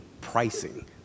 pricing